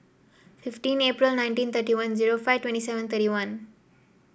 fifteen April nineteen thirty one zero five twenty seven thirty one